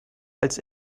als